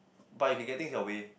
but you can get thing your way